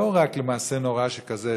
לא רק למעשה נורא שכזה,